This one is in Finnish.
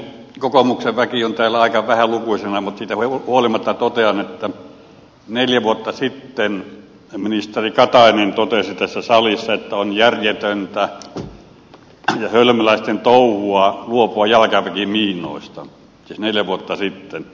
kokoomuksen väki on täällä aika vähälukuisena mutta siitä huolimatta totean että neljä vuotta sitten ministeri katainen totesi tässä salissa että on järjetöntä ja hölmöläisten touhua luopua jalkaväkimiinoista siis neljä vuotta sitten